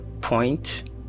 point